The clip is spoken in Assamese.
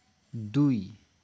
দুই